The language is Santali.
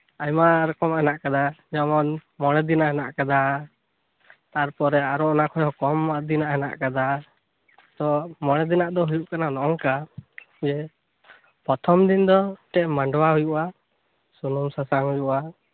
ᱟᱭᱢᱟ ᱨᱚᱠᱚᱢᱟᱜ ᱦᱮᱱᱟᱜ ᱟᱠᱟᱫᱟ ᱡᱮᱢᱚᱱ ᱢᱚᱬᱮ ᱫᱤᱱᱟᱜ ᱦᱮᱱᱟᱜ ᱟᱠᱟᱫᱟ ᱛᱟᱨᱯᱚᱨᱮ ᱟᱨᱦᱚᱸ ᱚᱱᱟ ᱠᱷᱚᱱ ᱦᱚᱸ ᱠᱚᱢ ᱫᱤᱱᱟᱜ ᱦᱮᱱᱟᱜ ᱟᱠᱟᱫᱟ ᱛᱚ ᱢᱚᱬᱮ ᱫᱤᱱᱟᱜ ᱫᱚ ᱦᱳᱭᱳᱜ ᱠᱟᱱᱟ ᱱᱚ ᱚᱝᱠᱟ ᱡᱮ ᱯᱨᱚᱛᱷᱚᱢ ᱫᱤᱱ ᱫᱚ ᱢᱤᱫ ᱴᱮᱡ ᱢᱟᱰᱣᱟ ᱦᱳᱭᱳᱜᱼᱟ ᱥᱩᱱᱩᱢ ᱥᱟᱥᱟᱝ ᱦᱳᱭᱳᱜᱼᱟ